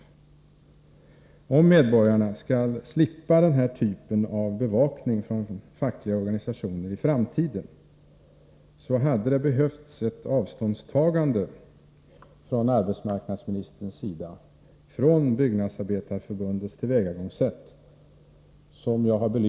Om avsikten möjligen är att medborgarna skall slippa denna typ av bevakning från fackliga organisationer i framtiden, så hade det behövts ett avståndstagande från arbetsmarknadsministerns sida när det gäller Byggnadsarbetareförbundets tillvägagångssätt, som jag har belyst.